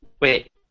wait